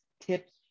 tips